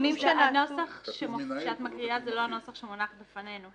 הנוסח שאת מקריאה הוא לא זה שבפנינו.